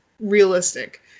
realistic